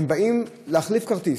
הם באים להחליף כרטיס.